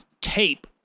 tape